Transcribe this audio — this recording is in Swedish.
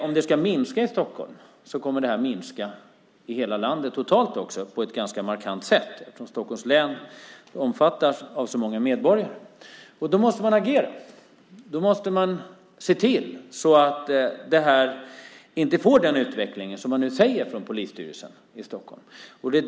Om det ska minska i Stockholm kommer det att minska ganska markant i landet totalt eftersom Stockholms län omfattar så många medborgare. Då måste man agera. Då måste man se till att det inte blir den utveckling som man säger från polisstyrelsen i Stockholm.